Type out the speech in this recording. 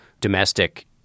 domestic